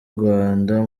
rwanda